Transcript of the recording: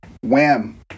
wham